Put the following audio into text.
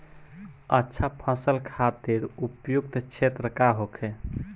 अच्छा फसल खातिर उपयुक्त क्षेत्र का होखे?